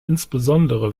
insbesondere